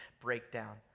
breakdown